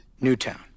Newtown